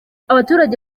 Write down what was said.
abaturage